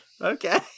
okay